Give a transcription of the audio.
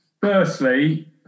firstly